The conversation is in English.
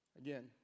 Again